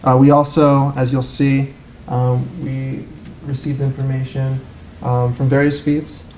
ah we also as you'll see we received information from various feeds.